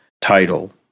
title